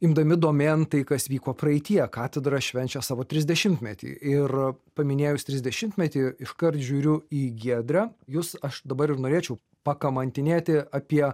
imdami domėn tai kas vyko praeityje katedra švenčia savo trisdešimtmetį ir paminėjus trisdešimtmetį iškart žiūriu į giedrę jus aš dabar ir norėčiau pakamantinėti apie